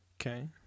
Okay